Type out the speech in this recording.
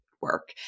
work